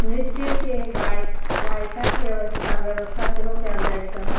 नृत्यके गायक गायिकाके अवस्था व्यवस्था सेहो कयल जाइत छनि